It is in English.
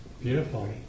Beautiful